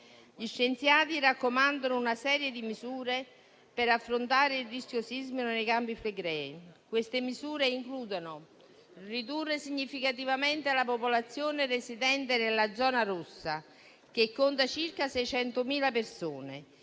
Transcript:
Gli scienziati raccomandano una serie di misure per affrontare il rischio sismico nei Campi Flegrei. Queste misure includono la riduzione significativa della popolazione residente nella zona rossa, che conta circa 600.000 persone;